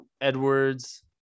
Edwards